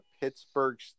Pittsburgh